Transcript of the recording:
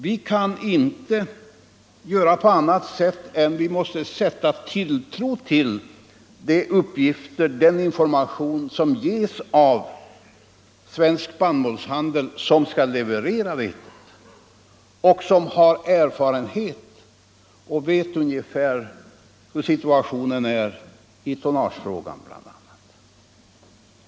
Vi kan inte göra annat än att sätta tilltro till de uppgifter som lämnas av Svensk spannmålshandel som skall leverera vetet och som har erfarenhet och vet hurdan situationen är bl.a. i tonnagefrågan.